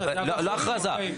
לא הכרזה,